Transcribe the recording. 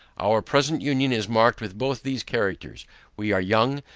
our present union is marked with both these characters we are young,